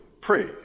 pray